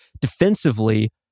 Defensively